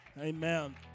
Amen